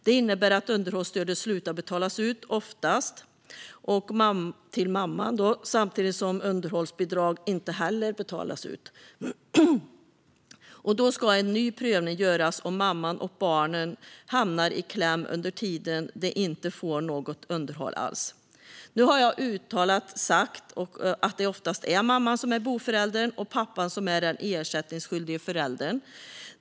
Det innebär att underhållsstödet slutar betalas ut till - oftast - mamman samtidigt som underhållsbidrag inte heller betalas ut. Då ska en ny prövning göras, och mamman och barnen hamnar i kläm under tiden de inte får något underhåll alls. Nu har jag uttalat sagt att det oftast är mamman som är boföräldern och pappan som är den ersättningsskyldige föräldern.